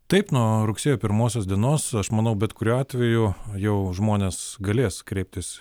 taip nuo rugsėjo pirmosios dienos aš manau bet kuriuo atveju jau žmonės galės kreiptis